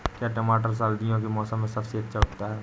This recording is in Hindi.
क्या टमाटर सर्दियों के मौसम में सबसे अच्छा उगता है?